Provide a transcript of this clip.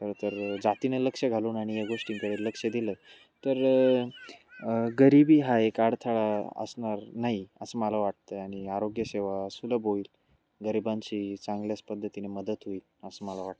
तर तर जातीने लक्ष घालून आणि या गोष्टींकडे लक्ष दिलं तर गरिबी हा एक अडथळा असणार नाही असं मला वाटतं आणि आरोग्यसेेवा सुलभ होईल गरिबांशी चांगल्यास पद्धतीने मदत होईल असं मला वाटतं